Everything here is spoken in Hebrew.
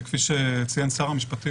כפי שציין שר המשפטים,